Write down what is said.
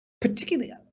particularly